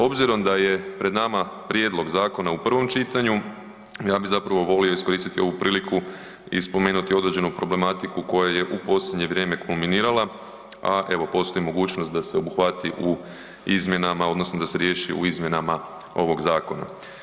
Obzirom da je pred nama prijedlog zakona u prvom čitanju, ja bih volio iskoristiti ovu priliku i spomenuti određenu problematiku koja je u posljednje vrijeme kulminirala, a evo postoji mogućnost da se obuhvati u izmjenama odnosno da se riješi u izmjenama ovog zakona.